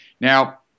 Now